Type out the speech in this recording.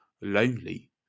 lonely –